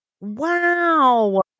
Wow